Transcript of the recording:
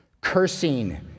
cursing